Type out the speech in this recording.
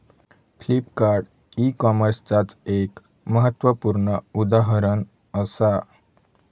Flipkart e कॉमर्सचाच एक महत्वपूर्ण उदाहरण असा